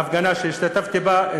ההפגנה שהשתתפתי בה,